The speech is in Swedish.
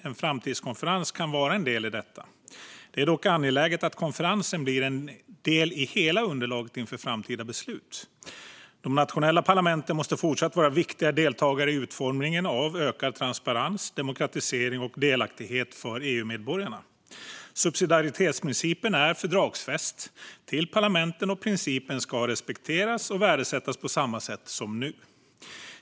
En framtidskonferens kan vara en del i detta. Det är dock angeläget att konferensen blir en del i hela underlaget inför framtida beslut. De nationella parlamenten måste även i fortsättningen vara viktiga deltagare i utformningen av ökad transparens, demokratisering och delaktighet för EU-medborgarna. Subsidiaritetsprincipen är fördragsfäst till parlamenten, och principen ska respekteras och värdesättas på samma sätt som nu.